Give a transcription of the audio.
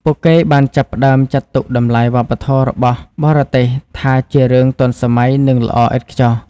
ពួកគេបានចាប់ផ្តើមចាត់ទុកតម្លៃវប្បធម៌របស់បរទេសថាជារឿងទាន់សម័យនិងល្អឥតខ្ចោះ។